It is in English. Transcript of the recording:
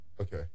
Okay